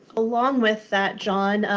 along with that, john,